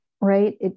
right